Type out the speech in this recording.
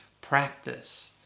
practice